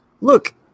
Look